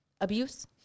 abuse